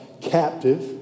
captive